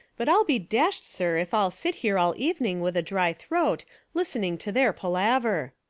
but i'll be dashed, sir, if i'll sit here all evening with a dry throat listening to their palaver.